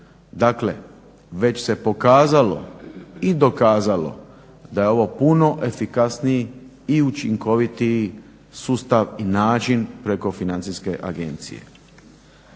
Dakle već se pokazalo i dokazalo da je ovo puno efikasniji i učinkovitiji sustav i način preko financijske agencije.